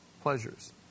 pleasures